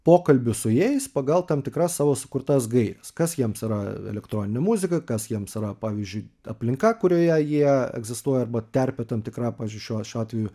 pokalbių su jais pagal tam tikras savo sukurtas gaires kas jiems yra elektroninė muzika kas jiems yra pavyzdžiui aplinka kurioje jie egzistuoja arba terpė tam tikra pavyzdžiui šiuo šiuo atveju